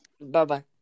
Bye-bye